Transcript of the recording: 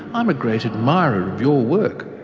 i'm a great admirer of your work.